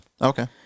Okay